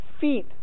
feet